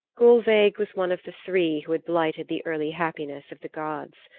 gulveig was one of the three who had blighted the early happiness of the gods.